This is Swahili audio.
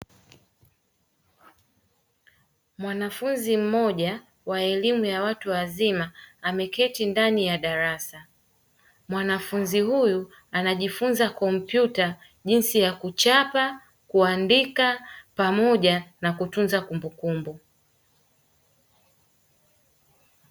Mwanafunzi mmoja wa elimu ya watu wazima ameketi ndani ya darasa, mwanafunzi huyu anajifunza kompyuta jinsi ya kuchapa, kuandika pamoja na kutunza kumbukumbu.